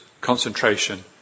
concentration